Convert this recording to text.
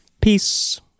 Peace